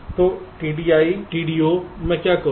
तो TDI TDO मैं क्या करूँ